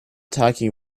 talking